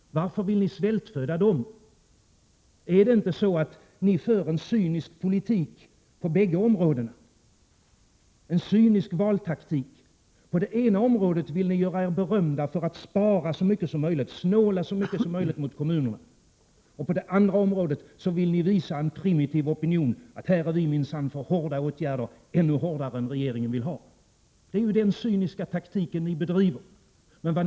Varför vill ni svältföda dem? Är det inte så att ni för en cynisk politik på bägge områdena? Ni tillämpar en cynisk valtaktik. På det ena området vill ni göra er berömda för att spara och snåla så mycket som möjligt mot kommunera. På det andra området vill ni visa en primitiv opinion: Här är vi minsann för hårda åtgärder, ännu.hårdare än regeringen vill ha! Det är den cyniska taktiken som utmärker ert handlande!